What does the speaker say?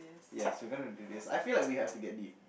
yes we're gonna do this I feel like we have to get it